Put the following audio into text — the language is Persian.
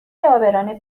عابران